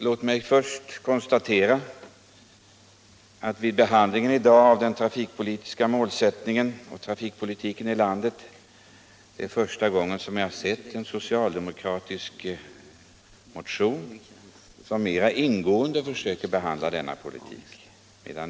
Låt mig först konstatera att det är första gången jag har sett en socialdemokratisk motion som mera ingående försöker behandla den trafikpolitiska målsättningen här i landet.